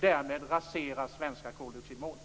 Därmed raseras det svenska koldioxidmålet.